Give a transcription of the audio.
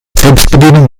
selbstbedienung